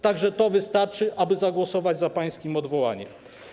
Tak że to wystarczy, aby zagłosować za pańskim odwołaniem.